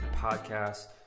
podcast